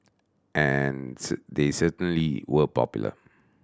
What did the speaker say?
and they certainly were popular